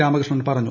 രാമകൃഷ്ണൻ പറഞ്ഞു